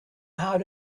how